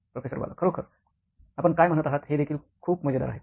professor Bala खरोखर आपण काय म्हणत आहात हे देखील खूप मजेदार आहे